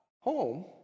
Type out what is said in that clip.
home